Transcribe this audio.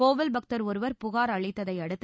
கோவில் பக்தர் ஒருவர் புகார் அளித்ததை அடுத்து